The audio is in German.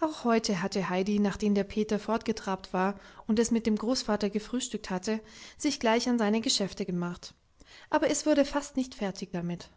auch heute hatte heidi nachdem der peter fortgetrabt war und es mit dem großvater gefrühstückt hatte sich gleich an seine geschäfte gemacht aber es wurde fast nicht fertig damit